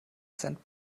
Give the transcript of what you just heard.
cent